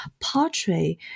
portray